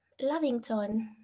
lovington